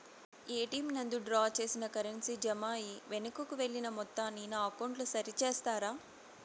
ATM నందు draw చేసిన currency జామ అయి వెనుకకు వెళ్లిన మొత్తాన్ని నా అకౌంట్ లో సరి చేస్తారా?